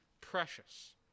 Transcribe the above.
precious